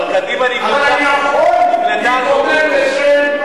אבל מה לעשות שאתם בעצם בגדתם באלה שבחרו בכם.